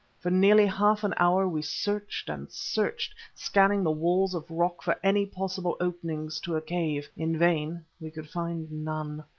for nearly half an hour we searched and searched, scanning the walls of rock for any possible openings to a cave. in vain, we could find none.